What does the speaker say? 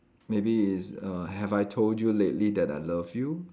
maybe it's err have I told you lately that I love you